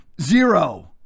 zero